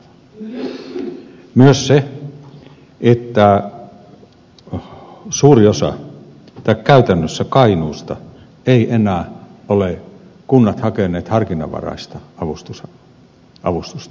merkille pantavaa on myös se että käytännössä kainuussa eivät enää ole kunnat hakeneet harkinnanvaraista avustusta